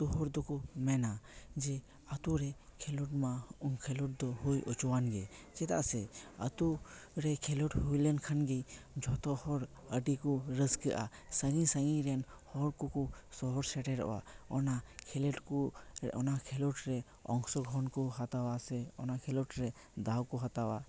ᱟᱛᱳ ᱦᱚᱲ ᱫᱚᱠᱚ ᱢᱮᱱᱟ ᱡᱮ ᱟᱛᱳ ᱨᱮ ᱠᱷᱮᱞᱳᱰ ᱢᱟ ᱠᱷᱮᱞᱳᱰ ᱫᱚ ᱦᱩᱭ ᱚᱪᱚᱣᱟᱱ ᱜᱮ ᱪᱮᱫᱟᱜ ᱥᱮ ᱟᱛᱳ ᱨᱮ ᱠᱷᱮᱞᱳᱰ ᱦᱩᱭ ᱞᱮᱱ ᱠᱷᱟᱱᱜᱮ ᱡᱚᱛᱚ ᱦᱚᱲ ᱟᱹᱰᱤ ᱠᱚ ᱨᱟᱹᱥᱠᱟᱹᱜᱼᱟ ᱥᱟᱺᱜᱤᱧ ᱥᱟᱺᱜᱤᱧ ᱨᱮᱱ ᱦᱚᱲ ᱠᱚᱠᱚ ᱥᱚᱦᱚᱨ ᱥᱮᱴᱮᱨᱚᱜᱼᱟ ᱚᱱᱟ ᱠᱷᱮᱞᱳᱰ ᱠᱚ ᱚᱱᱟ ᱠᱷᱮᱞᱳᱰ ᱨᱮ ᱚᱝᱥᱚᱜᱨᱚᱦᱚᱱ ᱠᱚ ᱦᱟᱛᱟᱣᱟ ᱥᱮ ᱚᱱᱟ ᱠᱷᱮᱞᱳᱰ ᱨᱮ ᱫᱟᱣ ᱠᱚ ᱦᱟᱛᱟᱣᱟ